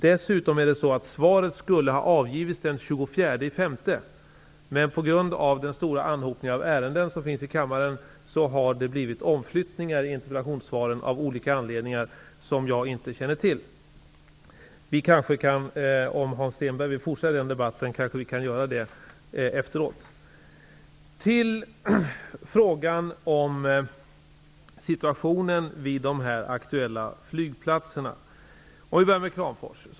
Dessutom skulle svaret ha avgivits den 24 maj, men på grund av den stora anhopningen av ärenden i kammaren har det, av olika anledningar som jag inte känner till, blivit omflyttningar i besvarandet av interpellationer. Om Hans Stenberg vill fortsätta den debatten, kanske vi kan göra det efteråt. Nu till frågan om situationen vid de aktuella flygplatserna. Låt oss börja med Kramfors.